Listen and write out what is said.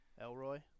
Elroy